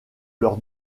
leur